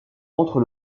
entre